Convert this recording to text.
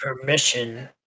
permission